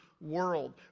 world